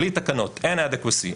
בלי תקנות אין adequacy,